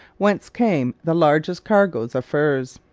whence came the largest cargoes of furs.